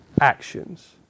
actions